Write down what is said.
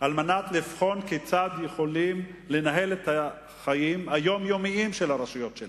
כדי לבחון כיצד יוכלו לנהל את חיי היום-יום של הרשויות שלהם.